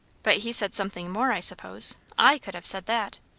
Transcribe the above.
but he said something more, i suppose? i could have said that.